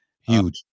Huge